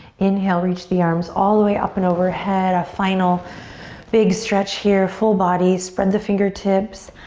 inhale, reach the arms all the way up and overhead, a final big stretch here, full body. spread the fingertips,